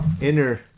inner